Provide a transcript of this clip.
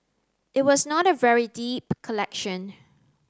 it was not a very deep collection